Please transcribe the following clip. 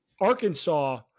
Arkansas